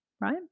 Right